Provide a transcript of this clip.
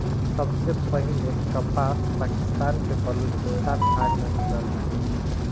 सबसे पहिले कपास पाकिस्तान के बलूचिस्तान भाग में मिलल रहे